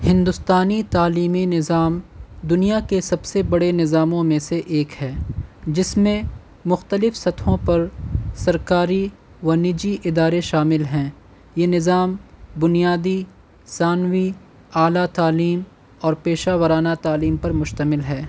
ہندوستانی تعلیمی نظام دنیا کے سب سے بڑے نظاموں میں سے ایک ہے جس میں مختلف سطحوں پر سرکاری ونیجی ادارے شامل ہیں یہ نظام بنیادی ثانوی اعلیٰ تعلیم اور پیشہ ارانہ تعلیم پر مشتمل ہے